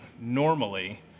normally